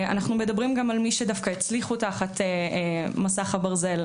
אנחנו מדברים גם על מי שדווקא הצליחו תחת מסך הברזל,